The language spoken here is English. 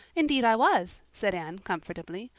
indeed i was, said anne comfortably.